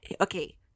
okay